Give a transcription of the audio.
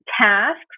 tasks